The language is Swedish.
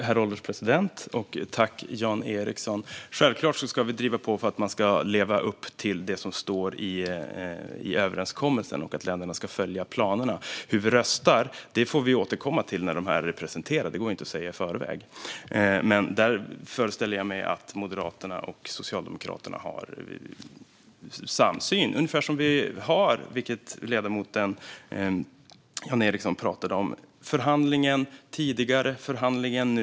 Herr ålderspresident! Självklart ska vi driva på för att alla ska leva upp till det som står i överenskommelsen och att länderna ska följa planerna. Hur vi röstar får vi dock återkomma till när de är presenterade; det går ju inte att säga i förväg. Jag föreställer mig att Moderaterna och Socialdemokraterna har en samsyn här, ungefär som vi har gällande det ledamoten Jan Ericson pratade om, nämligen förhandlingen tidigare och förhandlingen nu.